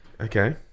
Okay